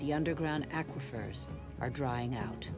the underground aquifers are drying out